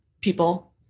people